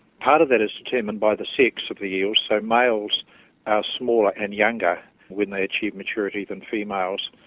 part of that is determined by the sex of the eels. so males are smaller and younger when they achieve maturity than females.